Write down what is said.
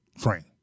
train